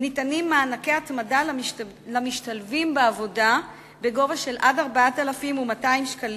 ניתנים מענקי התמדה למשתלבים בעבודה בגובה של עד 4,200 שקלים,